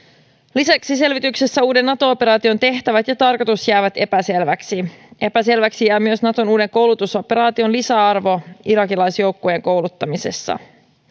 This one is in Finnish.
lisäksi selvityksessä uuden nato operaation tehtävät ja tarkoitus jäävät epäselväksi epäselväksi jää myös naton uuden koulutusoperaation lisäarvo irakilaisjoukkojen kouluttamisessa